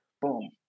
boom